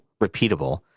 repeatable